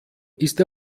ist